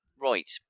Right